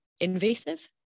invasive